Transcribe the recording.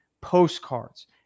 postcards